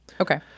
Okay